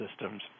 systems